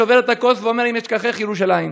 שובר את הכוס ואומר "אם אשכחך ירושלים".